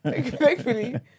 Thankfully